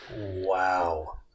Wow